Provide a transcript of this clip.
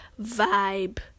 vibe